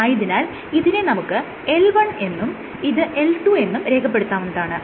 ആയതിനാൽ ഇതിനെ നമുക്ക് L1 എന്നും ഇത് L2 എന്നും രേഖപെടുത്താവുന്നതാണ്